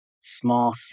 small